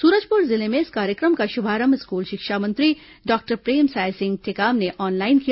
सूरजपुर जिले में इस कार्यक्रम का शुभारंभ स्कूल शिक्षा मंत्री डॉक्टर प्रेमसाय सिंह टेकाम ने ऑनलाइन किया